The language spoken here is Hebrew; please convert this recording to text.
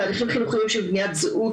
תהליכים חינוכיים של בניית זהות,